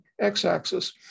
x-axis